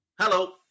Hello